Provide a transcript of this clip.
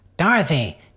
Dorothy